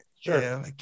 Sure